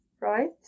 right